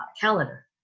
calendar